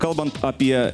kalbant apie